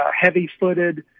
heavy-footed